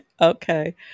Okay